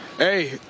Hey